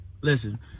listen